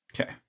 okay